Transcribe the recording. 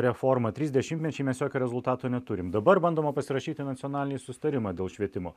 reformą trys dešimtmečiai mes jokio rezultato neturim dabar bandoma pasirašyti nacionalinį susitarimą dėl švietimo